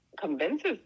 convinces